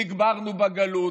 נקברנו בגלות,